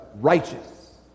righteous